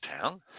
town